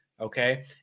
Okay